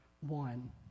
one